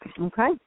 Okay